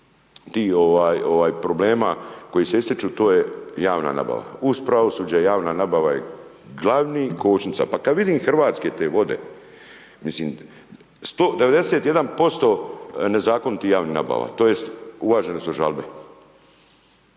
problema koji se ističu, to je javna nabava, uz pravosuđe javna nabava je glavna kočnica. Pa kada vidim Hrvatske vode, 91% nezakonitih javnih nabava, tj. uvažene su žalbe.